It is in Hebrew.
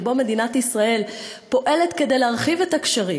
שבו מדינת ישראל פועלת כדי להרחיב את הקשרים,